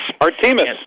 Artemis